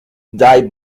dive